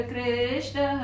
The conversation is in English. Krishna